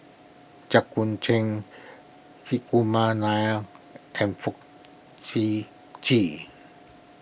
Jit Koon Ch'ng Hri Kumar Nair and Fong Sip Chee